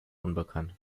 unbekannt